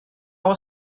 went